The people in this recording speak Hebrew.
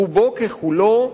רובו ככולו,